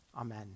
Amen